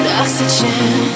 oxygen